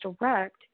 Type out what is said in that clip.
direct